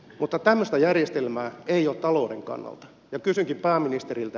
mutta tämmöistä järjestelmää ei ole talouden kannalta ja kysynkin pääministeriltä